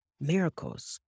miracles